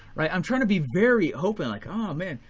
right, i'm trying to be very open like oh man,